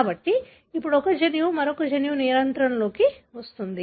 కాబట్టి ఇప్పుడు ఒక జన్యువు మరొక జన్యువు నియంత్రణలోకి వస్తుంది